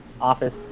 office